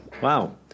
Wow